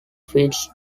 fits